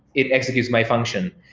it executes my function.